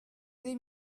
des